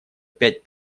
пять